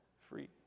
free